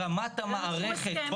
ברמת המערכת.